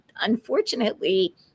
unfortunately